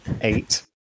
Eight